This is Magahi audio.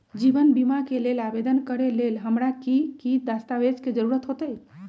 जीवन बीमा के लेल आवेदन करे लेल हमरा की की दस्तावेज के जरूरत होतई?